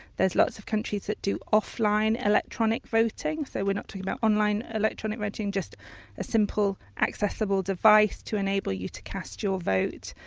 there's lots of countries that do offline electronic voting, so we're not talking about online electronic voting, voting, just a simple accessible device to enable you to cast your vote.